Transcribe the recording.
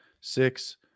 six